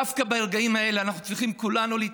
דווקא ברגעים האלה אנחנו צריכים כולנו להתאחד.